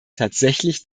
tatsächlich